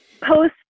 post